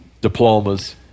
diplomas